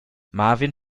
marvin